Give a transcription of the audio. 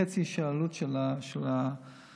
חצי עלות של המכשיר.